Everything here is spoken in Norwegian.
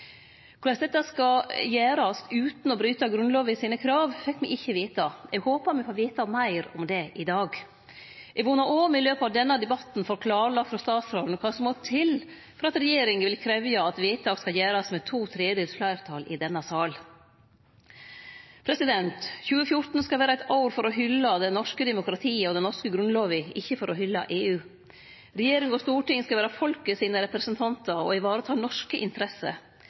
Korleis dette skal gjerast utan å bryte Grunnlova, fekk me ikkje vete. Eg håpar me får vete meir om det i dag. Eg vonar også at me i løpet av denne debatten får klarlagt frå statsråden kva som må til for at regjeringa vil krevje at vedtak skal gjerast med to tredjedels fleirtal i denne sal. 2014 skal vere eit år for å hylle det norske demokratiet og den norske Grunnlova, ikkje for å hylle EU. Regjering og storting skal vere folket sine representantar og vareta norske interesser.